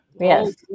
Yes